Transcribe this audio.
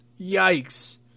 yikes